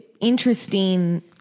interesting